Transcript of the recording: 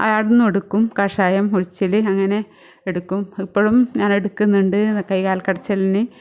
ആടുന്നു എടുക്കും കഷായം ഉഴിച്ചിൽ അങ്ങനെ എടുക്കും ഇപ്പോഴും ഞാൻ എടുക്കുന്നുണ്ട് കൈകാൽ കടച്ചിലിന്